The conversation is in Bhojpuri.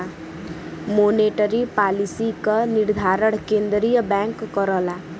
मोनेटरी पालिसी क निर्धारण केंद्रीय बैंक करला